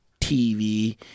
tv